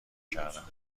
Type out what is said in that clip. کردم